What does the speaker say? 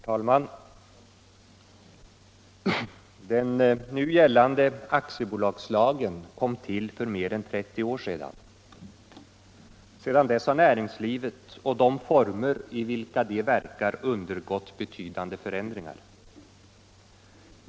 Herr talman! Den nu gällande aktiebolagslagen kom till för mer än 30 år sedan. Sedan dess har näringslivet och de former i vilka det verkar undergått betydande förändringar.